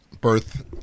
birth